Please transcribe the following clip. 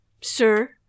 sir